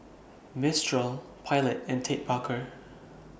Mistral Pilot and Ted Baker